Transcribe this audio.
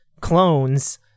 clones